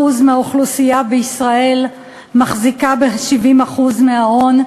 מהאוכלוסייה בישראל מחזיקים בכ-70% מההון,